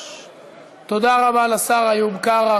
תודה רבה לשר איוב קרא.